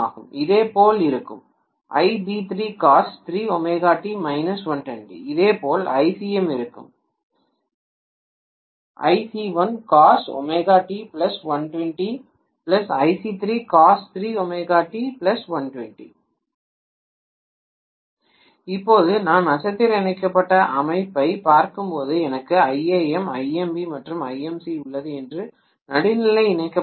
இதேபோல் இது இருக்கும் இதேபோல் icm இருக்கும் இப்போது நான் நட்சத்திர இணைக்கப்பட்ட அமைப்பைப் பார்க்கும்போது எனக்கு Iam Imb மற்றும் Imc உள்ளது மற்றும் நடுநிலை இணைக்கப்படவில்லை